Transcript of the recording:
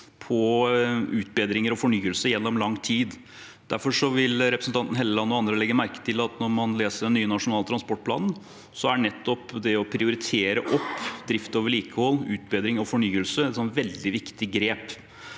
utbedringer og fornyelse gjennom lang tid. Derfor vil representanten Helleland og andre legge merke til når man leser den nye nasjonale transportplanen, at å prioritere opp drift og vedlikehold, utbedring og fornyelse er et veldig viktig grep.